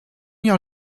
jahr